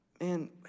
man